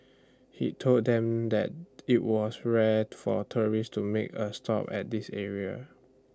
he told them that IT was rare for tourists to make A stop at this area